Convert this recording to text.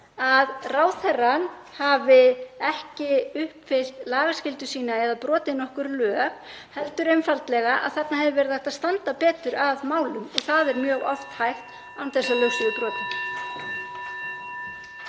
að ráðherrann hafi ekki uppfyllt lagaskyldu sína eða brotið nokkur lög heldur einfaldlega að þarna hefði verið hægt að standa betur að málum og það er mjög oft hægt án þess að lög séu brotin.